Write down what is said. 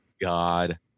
god